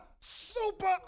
super